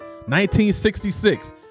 1966